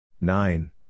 Nine